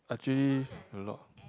actually a lot